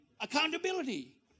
Accountability